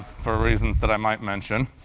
for reasons that i might mention.